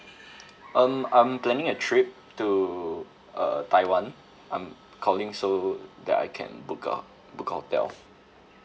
um I'm planning a trip to uh taiwan I'm calling so that I can book uh book a hotel